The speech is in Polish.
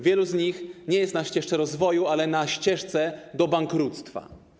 wielu z nich nie jest na ścieżce rozwoju, ale na ścieżce do bankructwa.